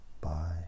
Bye